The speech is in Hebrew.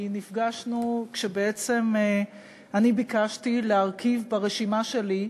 כי נפגשנו כשבעצם אני ביקשתי להרכיב את הרשימה שלי,